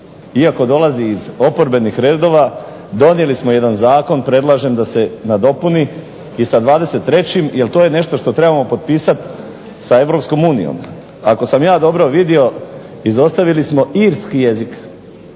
iako dolazi iz oporbenih redova donijeli smo jedan zakon. Predlažem da se nadopuni i sa dvadeset trećim, jer to je nešto što trebamo potpisati sa Europskom unijom. Ako sam ja dobro vidio izostavili smo irski jezik.